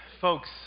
Folks